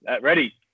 Ready